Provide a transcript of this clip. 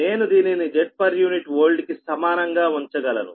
నేను దీనిని Zpu oldకి సమానంగా ఉంచగలను